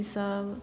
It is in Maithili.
ईसभ